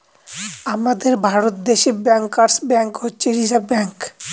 আমাদের ভারত দেশে ব্যাঙ্কার্স ব্যাঙ্ক হচ্ছে রিসার্ভ ব্যাঙ্ক